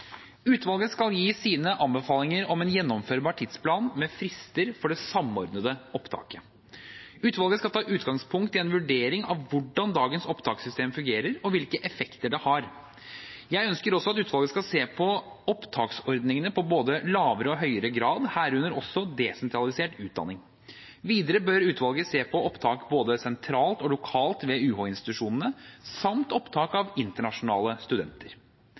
Utvalget skal gi sine anbefalinger om en gjennomførbar tidsplan med frister for det samordnede opptaket. Utvalget skal ta utgangspunkt i en vurdering av hvordan dagens opptakssystem fungerer, og hvilke effekter det har. Jeg ønsker også at utvalget skal se på opptaksordningene på både lavere og høyere grad, herunder også desentralisert utdanning. Videre bør utvalget se på opptak både sentralt og lokalt ved UH-institusjonene samt opptak av internasjonale studenter.